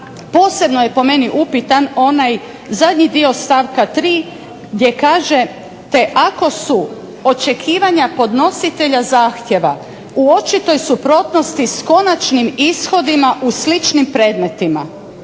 posebno je po meni upitan onaj zadnji dio stavka 3. gdje kažete ako su očekivanja podnositelja zahtjeva u očitoj suprotnosti sa konačnim ishodima u sličnim predmetima.